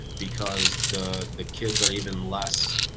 because the, the kids are even less.